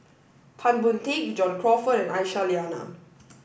Tan Boon Teik John Crawfurd and Aisyah Lyana